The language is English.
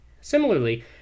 Similarly